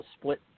split